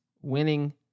winning